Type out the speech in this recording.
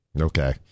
Okay